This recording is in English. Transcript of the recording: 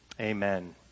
Amen